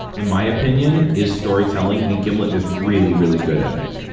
in my opinion, is storytelling, and gimlet is really, really good at it.